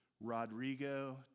Rodrigo